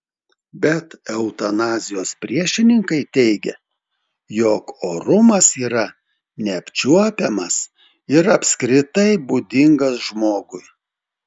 bet eutanazijos priešininkai teigia jog orumas yra neapčiuopiamas ir apskritai būdingas žmogui